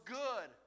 good